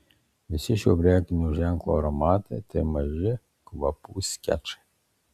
visi šio prekinio ženklo aromatai tai maži kvapų skečai